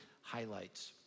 highlights